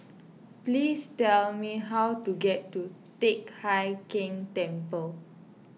please tell me how to get to Teck Hai Keng Temple